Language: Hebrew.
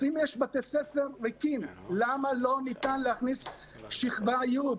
אז אם יש בתי ספר ריקים למה לא ניתן להכניס את שכבת י',